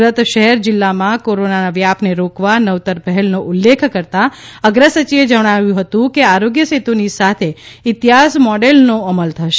સુરત શહેર જિલ્લામાં કોરોનાના વ્યાપને રોકવા નવતર પહેલનો ઉલ્લેખ કરતાં અગ્રસચિવે જણાવ્યું હતું કે આરોગ્ય સેતુની સાથે ઇતિહાસ મોડેલનો અમલ થશે